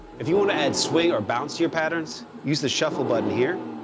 if you want to add swing or bounce to your patterns, use the shuffle button here,